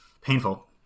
painful